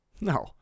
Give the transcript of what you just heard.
No